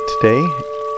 today